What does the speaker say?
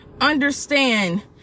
understand